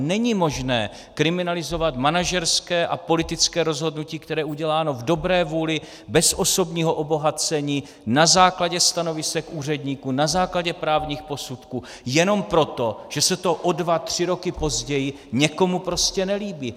Není možné kriminalizovat manažerské a politické rozhodnutí, které je uděláno v dobré vůli, bez osobního obohacení, na základě stanovisek úředníků, na základě právních posudků, jenom proto, že se to o dva tři roky později někomu prostě nelíbí.